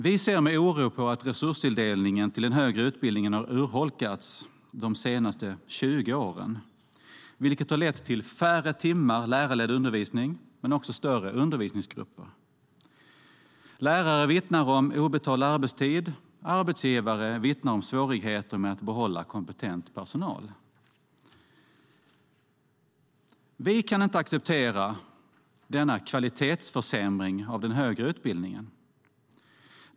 Vi ser med oro på att resurstilldelningen till den högre utbildningen urholkats de senaste 20 åren, vilket lett till färre timmar lärarledd undervisning och större undervisningsgrupper. Lärare vittnar samtidigt om obetald arbetstid, och arbetsgivare vittnar om svårigheter med att behålla kompetent personal. Vi kan inte acceptera denna kvalitetsförsämring av den högre utbildningen.